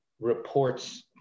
reports